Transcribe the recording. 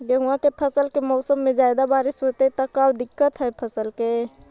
गेहुआ के फसल के मौसम में ज्यादा बारिश होतई त का दिक्कत हैं फसल के?